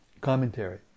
Commentary